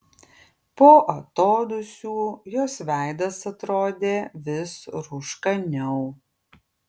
po atodūsių jos veidas atrodė vis rūškaniau